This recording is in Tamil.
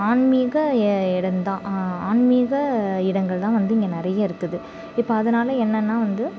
ஆன்மீக எ இடந்தான் ஆன்மீக இடங்கள் தான் வந்து இங்கே நிறைய இருக்குது இப்போ அதனால் என்னென்னா வந்து